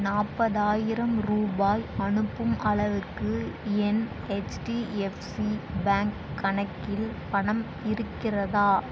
நாற்பதாயிரம் ரூபாய் அனுப்பும் அளவுக்கு என் ஹெச்டிஎஃப்சி பேங்க் கணக்கில் பணம் இருக்கிறதா